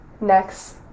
next